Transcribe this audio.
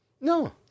No